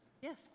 Yes